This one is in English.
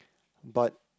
but